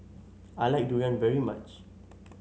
I like Durian very much